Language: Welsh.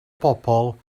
bobl